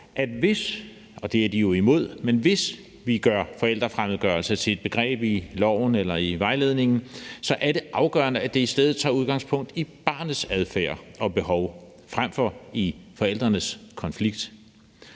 at hvis vi gør forældrefremmedgørelse til et begreb i loven eller i vejledningen – og det er de jo imod – så er det afgørende, at det i stedet tager udgangspunkt i barnets adfærd og behov frem for i forældrenes konflikt.